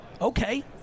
Okay